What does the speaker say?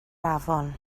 afon